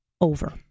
Over